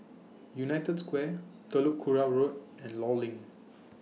United Square Telok Kurau Road and law LINK